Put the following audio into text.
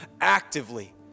actively